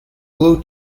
blue